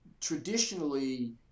traditionally